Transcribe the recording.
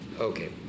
Okay